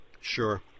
Sure